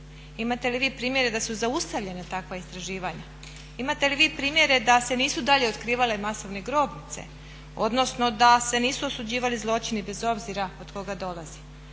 Imate li vi primjere da su zaustavljena takva istraživanja? Imate li vi primjere da se nisu dalje otkrivale masovne grobnice odnosno da se nisu osuđivali zločini bez obzira od koga dolazili?